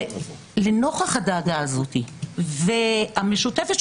לנוכח הדאגה הזאת המשותפת,